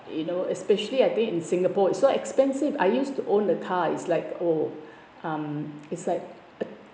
you know especially I think in singapore so expensive I used to own a car it's like oh um it's like